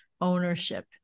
ownership